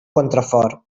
contrafort